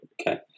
Okay